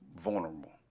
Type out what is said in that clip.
vulnerable